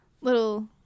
Little